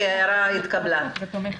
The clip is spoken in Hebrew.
ההערה התקבלה.